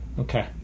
Okay